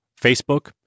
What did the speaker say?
Facebook